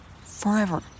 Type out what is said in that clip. Forever